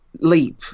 leap